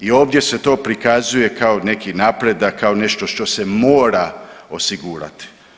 I ovdje se to prikazuje kao neki napredak, kao nešto što se mora osigurati.